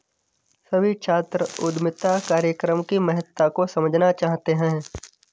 सभी छात्र उद्यमिता कार्यक्रम की महत्ता को समझना चाहते हैं